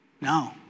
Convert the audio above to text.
No